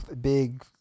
Big